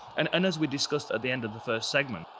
and and as we discussed at the end of the first segment,